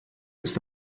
ist